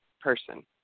person